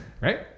right